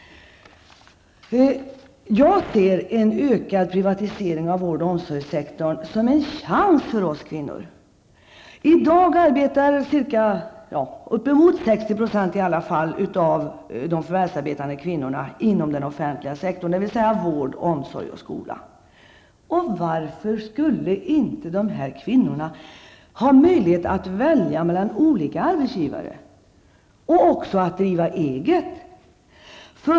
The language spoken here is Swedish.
Jag ser en ökad privatisering av vård och omsorgssektorn som en chans för oss kvinnor. I dag arbetar uppemot 60 % av de förvärvsarbetande kvinnorna i den offentliga sektorn, dvs. vård, omsorg och skola. Varför skulle inte dessa kvinnor ha möjligheter att välja mellan olika arbetsgivare och driva eget?